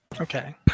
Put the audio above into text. Okay